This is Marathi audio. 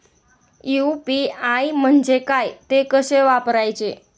यु.पी.आय म्हणजे काय, ते कसे वापरायचे?